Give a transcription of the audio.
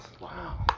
Wow